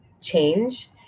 change